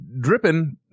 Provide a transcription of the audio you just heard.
dripping